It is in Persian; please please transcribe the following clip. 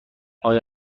آیا